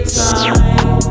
time